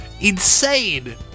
insane